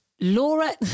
Laura